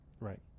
Right